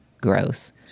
gross